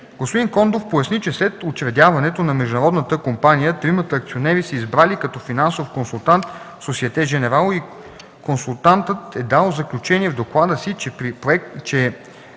Господин Кондов поясни, че след учредяването на международната компания тримата акционери са избрали като финансов консултант „Сосиете Женерал” и консултантът е дал заключение в доклада си, че